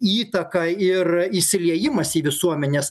įtaka ir įsiliejimas į visuomenes